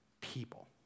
people